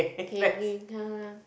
K give me come come come